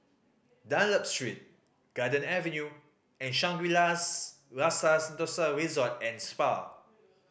Dunlop Street Garden Avenue and Shangri La's Rasa Sentosa Resort and Spa